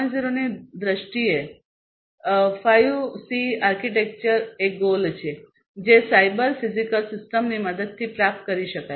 0 ની દ્રષ્ટિએ 5 C architecture goal છે જે સાયબર ફિઝિકલ સિસ્ટમની મદદથી પ્રાપ્ત કરી શકાય છે